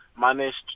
managed